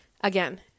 again